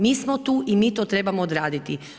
Mi smo tu i mi to trebamo odraditi.